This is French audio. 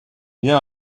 bien